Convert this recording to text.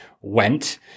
went